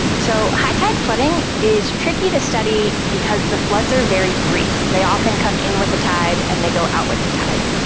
so high tide flooding is tricky to study because the floods are very brief, they often come in with the tide and they go out with the tide.